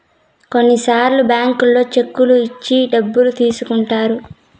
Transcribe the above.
కొన్నిసార్లు బ్యాంకుల్లో చెక్కులు ఇచ్చి డబ్బులు తీసుకుంటారు